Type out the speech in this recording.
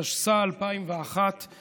התשס"א 2001, אני